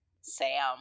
Sam